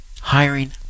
hiring